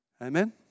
Amen